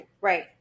Right